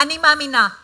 שנגמור